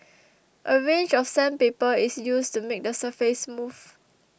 a range of sandpaper is used to make the surface smooth